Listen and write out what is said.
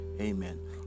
Amen